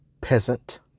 peasant